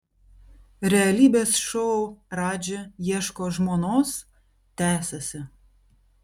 realybės šou radži ieško žmonos tęsiasi